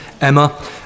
Emma